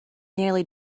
nearly